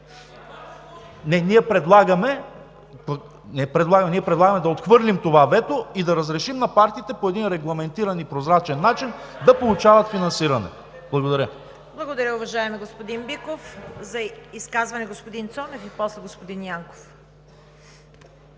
Ние предлагаме да отхвърлим това вето и да разрешим на партиите по един регламентиран и прозрачен начин да получават финансиране. Благодаря.